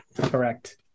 Correct